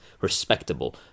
respectable